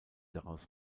daraus